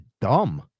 dumb